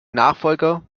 nachfolger